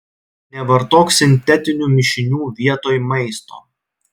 nevartok sintetinių mišinių vietoj maisto